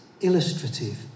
illustrative